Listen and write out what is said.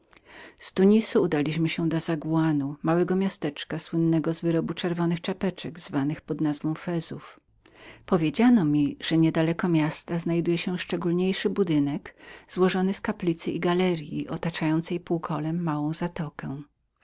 z tunisu udaliśmy się do zawanu małego miasteczka słynnego wyrobem czerwonych czapeczek znanych pod nazwą fezów powiedziano mi że niedaleko miasta znajdował się szczególniejszy budynek złożony z kaplicy i galeryi otaczającej półkolem małą zatokę